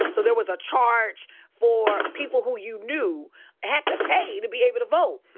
so there was a charge for people who you knew had to pay to be able to vote.